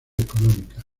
económicas